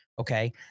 okay